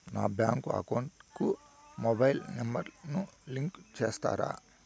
నా bank account కు mobile number ను లింకు చేస్తారా?